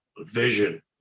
vision